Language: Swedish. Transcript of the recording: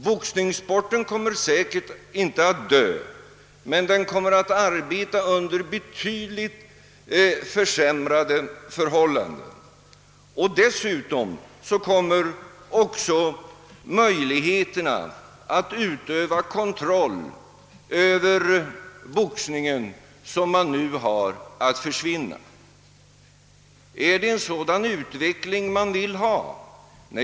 Boxningssporten kommer säkert inte att dö, men den kommer att arbeta under betydligt försämrade förhållanden, och dessutom kommer de möjligheter som man nu har att utöva kontroll över boxningen att försvinna. Är det en sådan utveckling man vill ha?